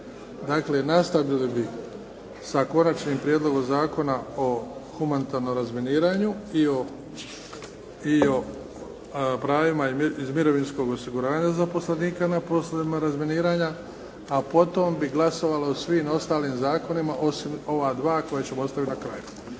Dakle, nastavili bi sa: - Konačnim prijedlogom Zakona o humanitarnom razminiranju i o pravima iz mirovinskog osiguranja zaposlenika na poslovima razminiranja A potom bi glasovali o svim ostalim zakonima, osim ova dva koja ćemo ostaviti na kraju.